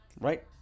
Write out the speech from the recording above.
Right